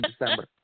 December